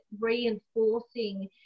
reinforcing